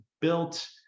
built